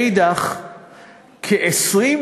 מאידך גיסא,